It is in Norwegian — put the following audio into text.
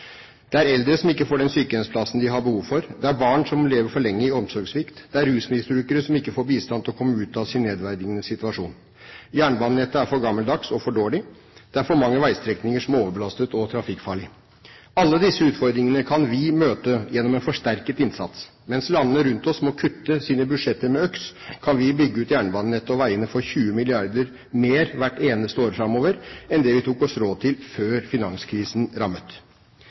Det er eldre som ikke får den sykehjemsplassen de har behov for. Det er barn som må leve for lenge i omsorgssvikt. Det er rusmisbrukere som ikke får bistand til å komme ut av sin nedverdigende situasjon. Jernbanenettet er for gammeldags og for dårlig. Det er for mange veistrekninger som er overbelastet og trafikkfarlige. Alle disse utfordringene kan vi møte gjennom en forsterket innsats. Mens landene rundt oss må kutte i sine budsjetter med øks, kan vi bygge ut jernbanenettet og veiene for 10 mrd. kr mer hvert eneste år framover enn det vi tok oss råd til før finanskrisen rammet.